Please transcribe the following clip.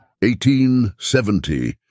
1870